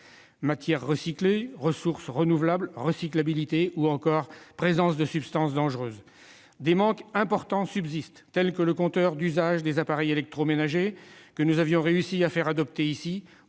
d'utilisation de ressources renouvelables, de recyclabilité ou de présence de substances dangereuses. Des manques importants subsistent. Je pense au compteur d'usage pour les appareils électroménagers, dont nous avions réussi à faire adopter ici